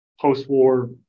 post-war